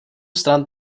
stran